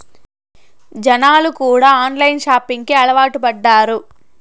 జనాలు కూడా online shopping కి అలవాటు పడ్డారు